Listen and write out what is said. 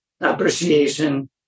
appreciation